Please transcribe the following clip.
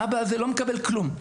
האבא הזה לא מקבל כלום.